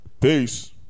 Peace